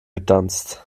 getanzt